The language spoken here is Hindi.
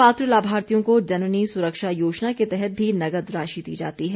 पात्र लाभार्थियों को जननी सुरक्षा योजना के तहत भी नकद राशि दी जाती है